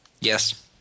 Yes